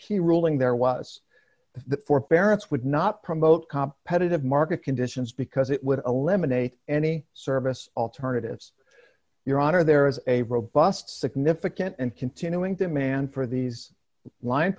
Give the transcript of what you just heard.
key ruling there was the four parents would not promote comp pettitt of market conditions because it would eliminate any service alternatives your honor there is a robust significant and continuing demand for these win